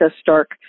Stark